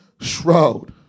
shroud